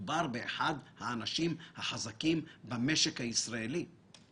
הם אלו שמאשרים את עסקאות האשראי הישיר הלא סחיר.